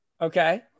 Okay